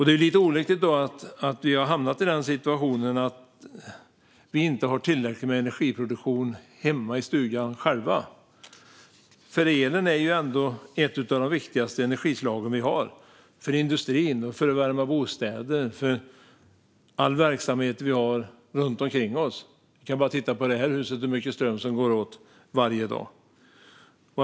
Det är lite olyckligt att vi har hamnat i situationen att vi inte själva har tillräcklig energiproduktion hemma i stugan. Elen är ändå ett av de viktigaste energislagen vi har för industrin, för att värma bostäder och för all verksamhet vi har. Vi kan titta bara på hur mycket ström som går åt varje dag i det här huset.